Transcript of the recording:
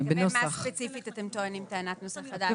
באמת מה ספציפית אתם טוענים טענת נושא חדש?